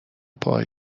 پاهاش